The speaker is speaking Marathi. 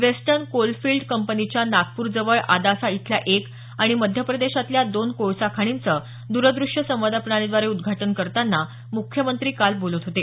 वेस्टर्न कोलफिल्ड कंपनीच्या नागपूर जवळ आदासा इथल्या एक आणि मध्यप्रदेशातल्या दोन कोळसा खाणींचं द्रदृश्य संवाद प्रणालीद्वारे उद्घाटन करताना मुख्यमंत्री काल बोलत होते